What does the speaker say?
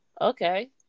okay